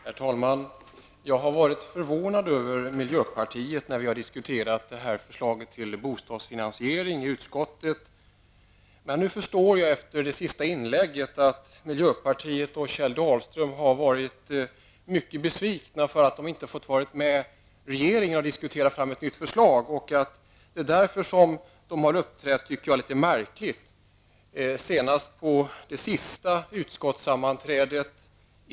Herr talman! Jag har varit förvånad över miljöpartiet när vi i utskottet diskuterade detta förslag om bostadsfinansiering. Men nu förstår jag efter Kjell Dahlströms inlägg att miljöpartiet och Kjell Dahlström varit mycket besvikna för att de inte med regeringen fått diskutera fram ett nytt förslag och att det är därför som de, som jag tycker, uppträtt litet märkligt.